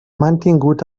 mantingut